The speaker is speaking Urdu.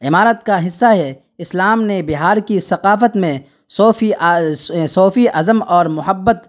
عمارت کا حصہ ہے اسلام نے بہار کی ثقافت میں صوفی صوفی ازم اور محبت روا